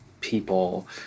people